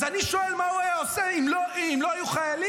אז אני שואל מה הוא היה עושה אם לא היו חיילים?